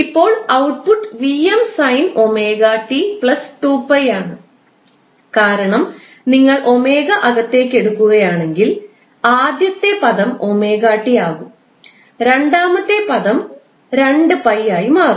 ഇപ്പോൾ output 𝑉𝑚 sin 𝜔𝑡 2𝜋 ആണ് കാരണം നിങ്ങൾ 𝜔 അകത്തേക്ക് എടുക്കുകയാണെങ്കിൽ ആദ്യത്തെ പദം 𝜔𝑡 ആകും രണ്ടാമത്തെ പദം 2𝜋 ആയി മാറും